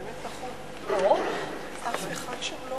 אדוני השר,